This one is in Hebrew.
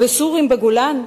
וסורים בגולן?